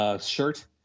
Shirt